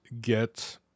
get